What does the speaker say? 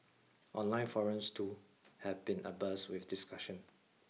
online forums too have been abuzz with discussion